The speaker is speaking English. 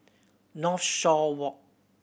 Northshore Walk